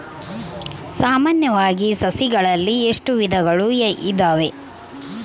ಸಾಮಾನ್ಯವಾಗಿ ಸಸಿಗಳಲ್ಲಿ ಎಷ್ಟು ವಿಧಗಳು ಇದಾವೆ?